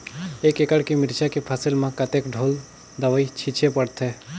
एक एकड़ के मिरचा के फसल म कतेक ढोल दवई छीचे पड़थे?